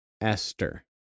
esther